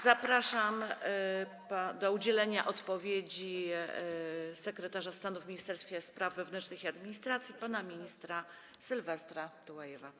Zapraszam do udzielenia odpowiedzi sekretarza stanu w Ministerstwie Spraw Wewnętrznych i Administracji pana ministra Sylwestra Tułajewa.